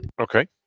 Okay